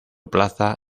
plaza